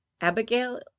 Abigail